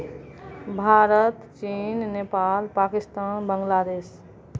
Bharat Chin Nepal Pakistan Bangladesh